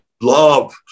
love